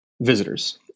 visitors